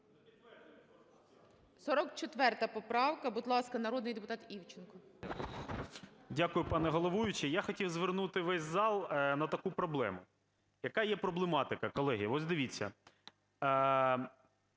44 поправка. Будь ласка, народний депутат Івченко. 13:45:59 ІВЧЕНКО В.Є. Дякую, пане головуюча. Я хотів звернути весь зал на таку проблему. Яка є проблематика, колеги, ось дивіться.